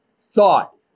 thought